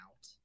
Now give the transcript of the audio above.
out